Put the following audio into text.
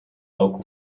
local